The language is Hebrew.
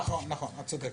את צודקת.